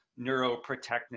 neuroprotectant